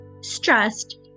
stressed